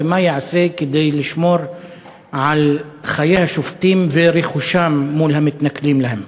ומה ייעשה כדי לשמור על חיי השופטים ורכושם מול המתנכלים להם?